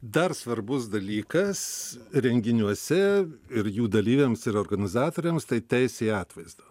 dar svarbus dalykas renginiuose ir jų dalyviams ir organizatoriams tai teisė į atvaizdą